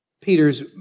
Peter's